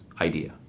idea